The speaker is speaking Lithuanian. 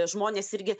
žmonės irgi